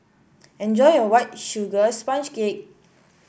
enjoy your White Sugar Sponge Cake